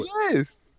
Yes